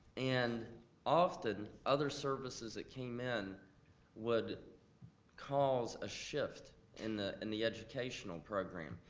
and often, other services that came in would cause a shift in the in the educational program.